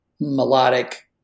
melodic